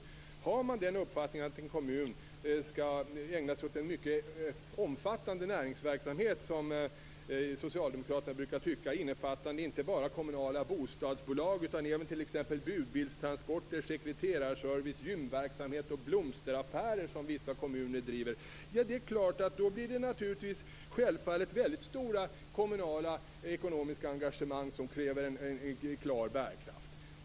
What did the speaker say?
Om man har den uppfattningen att en kommun skall ägna sig åt en mycket omfattande näringsverksamhet, som Socialdemokraterna brukar tycka, innefattande inte bara kommunala bostadsbolag utan även t.ex. budbilstransporter, sekreterarservice, gymverksamhet och blomsterförsäljning som vissa kommuner driver, blir det självfallet fråga om väldigt stora kommunala ekonomiska engagemang med större krav på bärkraft.